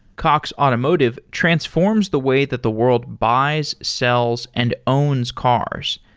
cox automotive transforms the way that the world buys, sells and owns cars.